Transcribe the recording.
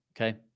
Okay